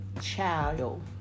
child